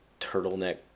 turtleneck